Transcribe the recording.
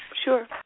Sure